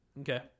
Okay